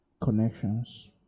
connections